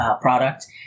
product